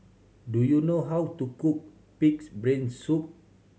do you know how to cook Pig's Brain Soup